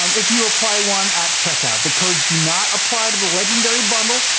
um if you apply one at checkout. the codes do not apply to the legendary bundle.